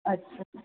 अछा